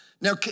Now